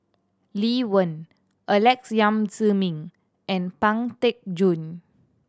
Lee Wen Alex Yam Ziming and Pang Teck Joon